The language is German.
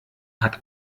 hat